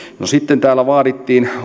sitten täällä vaadittiin